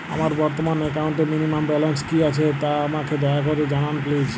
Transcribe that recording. আমার বর্তমান একাউন্টে মিনিমাম ব্যালেন্স কী আছে তা আমাকে দয়া করে জানান প্লিজ